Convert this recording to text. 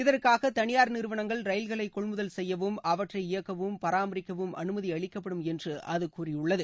இதற்காக தனியார் நிறுவனங்கள் ரயில்களை கொள்முதல் செய்யவும் அவற்றை இயக்கவும் பராமரிக்கவும் அனுமதி அளிக்கப்படும் என்று அது கூறியுள்ளது